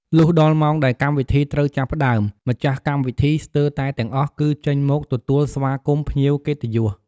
លុះដល់ម៉ោងដែលកម្មវិធីត្រូវចាប់ផ្តើម ម្ចាស់កម្មវិធីស្ទើរតែទាំងអស់គឺចេញមកទទួលស្វាគមន៍ភ្ញៀវកិត្តិយស។